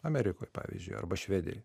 amerikoj pavyzdžiui arba švedijoj